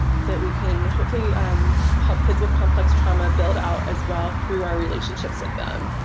that we can hopefully help kids with complex trauma build out as well through our relationships with them.